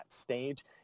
stage